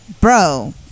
bro